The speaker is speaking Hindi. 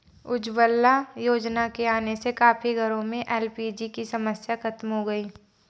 उज्ज्वला योजना के आने से काफी घरों में एल.पी.जी की समस्या खत्म हो गई